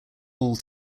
hall